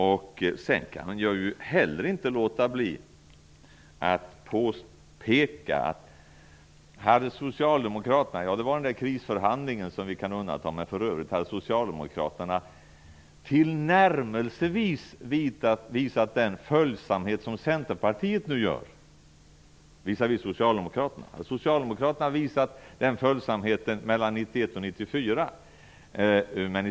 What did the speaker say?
Jag kan inte heller låta bli att påpeka att Socialdemokraterna visade ju inte - bortsett från krisförhandlingarna - tillnärmelsevis den följsamhet mellan 1991 och 1994 som nu Centerpartiet visar visavi Socialdemokraterna.